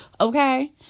okay